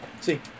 See